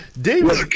David